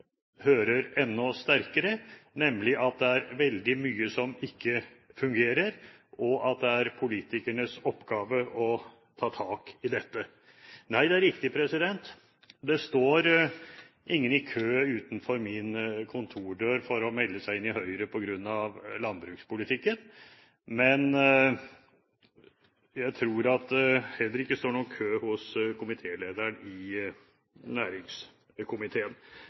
hører enda sterkere, nemlig at det er veldig mye som ikke fungerer, og at det er politikernes oppgave å ta tak i dette. Nei, det er riktig, det står ingen i kø utenfor min kontordør for å melde seg inn i Høyre på grunn av landbrukspolitikken. Men jeg tror heller ikke det er noen kø hos komitélederen i næringskomiteen.